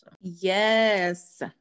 Yes